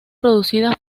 producidas